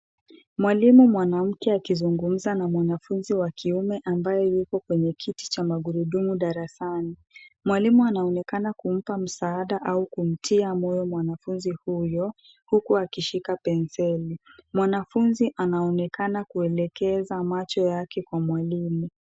Mwalimu mwanamke akizungumza na mwanafunzi wa kiume ambaye yuko kwenye kiti cha magurudumu darasani. Mwalimu anaonekana kumpa msaada au kumtia moyo mwanafunzi huyo, huku akishika penseli. Mwanafunzi anaonekana kuelekeza macho yake kwa mwalimu.